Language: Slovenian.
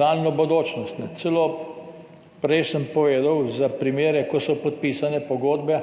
daljno bodočnost. Prej sem celo povedal za primere, ko so podpisane pogodbe